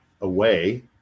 away